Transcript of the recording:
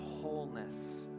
wholeness